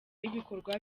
y’ibikorwa